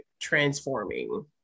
transforming